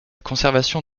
conservation